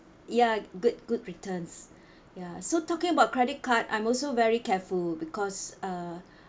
ya good good returns ya so talking about credit card I'm also very careful because uh